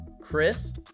Chris